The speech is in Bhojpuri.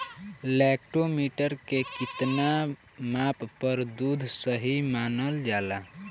लैक्टोमीटर के कितना माप पर दुध सही मानन जाला?